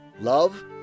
love